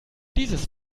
dieses